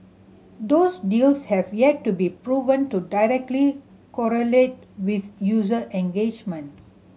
those deals have yet to be proven to directly correlate with user engagement